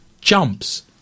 jumps